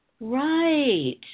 Right